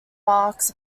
marks